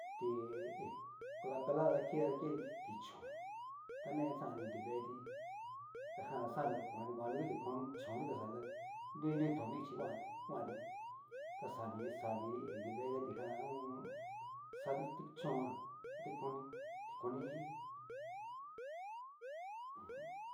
Tí hí kola pela ta kiti ta kenti ti'chón ta neñati xanti inri veeti, ta jan xanri ta kuan nanrukunri ti koni chonri ta xanri ta nrui nrui tomi ichi kuanti, ta xanri xanri inri veeti ta nrijan ho o on. xati ti chón ján a tikoni, tikoni iki.